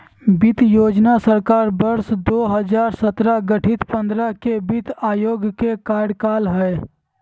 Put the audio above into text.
वित्त योजना सरकार वर्ष दो हजार सत्रह गठित पंद्रह में वित्त आयोग के कार्यकाल हइ